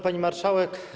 Pani Marszałek!